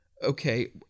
okay